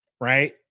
right